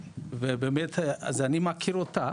אני מכיר אותה